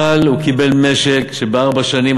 אבל הוא קיבל משק שבארבע שנים,